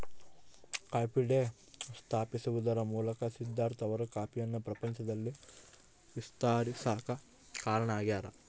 coffee Day ಸ್ಥಾಪಿಸುವದರ ಮೂಲಕ ಸಿದ್ದಾರ್ಥ ಅವರು ಕಾಫಿಯನ್ನು ಪ್ರಪಂಚದಲ್ಲಿ ವಿಸ್ತರಿಸಾಕ ಕಾರಣ ಆಗ್ಯಾರ